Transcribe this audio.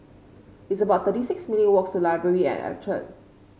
it's about thirty six minute' walks to Library at Orchard